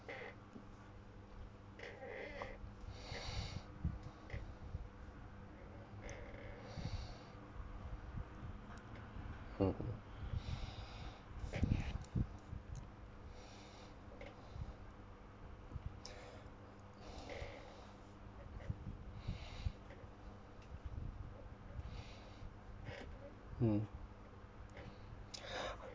mm